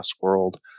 world